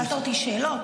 שאלת אותי שאלות,